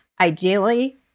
ideally